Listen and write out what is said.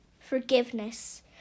forgiveness